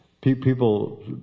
People